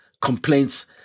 complaints